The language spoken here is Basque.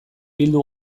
bildu